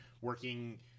working